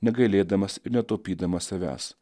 negailėdamas ir netaupydamas savęs